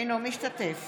אינו משתתף